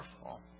powerful